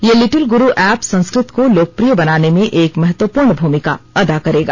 ये Little Guru app Sanskrit को लोकप्रिय बनाने में एक महत्वपूर्ण भूमिका अदा करेगा